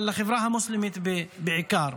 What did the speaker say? אבל לחברה המוסלמית בעיקר.